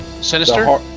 Sinister